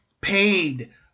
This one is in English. paid